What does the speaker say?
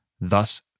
Thus